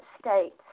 States